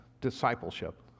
discipleship